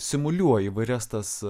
simuliuoju įvairias tas